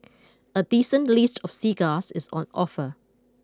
a decent list of cigars is on offer